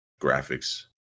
graphics